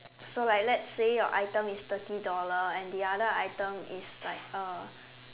so like let's say your item is thirty dollar and the other item is like uh